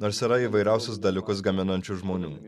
nors yra įvairiausius dalykus gaminančių žmonių